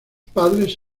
padres